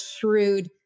shrewd